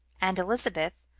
and elizabeth,